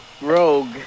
Rogue